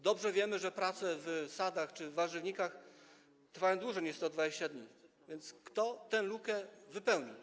Dobrze wiemy, że prace w sadach czy w warzywnikach trwają dłużej niż 120 dni, więc kto tę lukę wypełni.